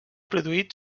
produït